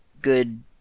good